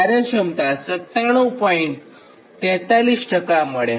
43 કાર્યક્ષમતા મળે